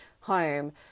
home